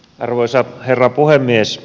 arvoisa herra puhemies